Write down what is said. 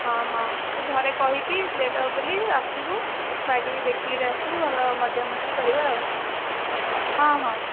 ହଁ ହଁ ତୁ ଘରେ କହିକି ଲେଟ୍ ହବ ବୋଲି କହିକି ଆସିବୁ ବାଗେଇକି ଦେଖିକରି ଆସିବୁ ଭଲ ମଜା ମସ୍ତି କରିବା ଆଉ ହଁ ହଁ